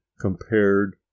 compared